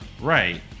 Right